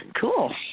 Cool